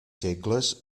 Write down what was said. segles